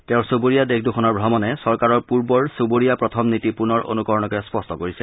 তেওঁৰ চুবুৰীয়া দেশ দুখনৰ ভ্ৰমণে চৰকাৰৰ পূৰ্বৰ চুবুৰীয়া প্ৰথম নীতি পূনৰ অনুকৰণকে স্পষ্ট কৰিছে